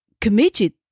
committed